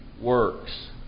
works